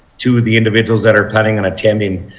to the individuals that are planning on attending.